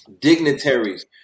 dignitaries